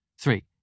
Three